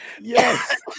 Yes